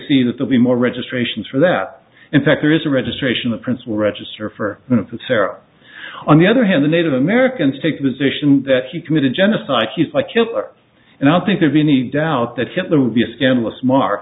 see that there be more registrations for that in fact there is a registration the prince will register for an affair on the other hand the native americans take positions that he committed genocide he's like killer and i don't think there'd be any doubt that hitler would be a scandalous mar